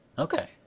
Okay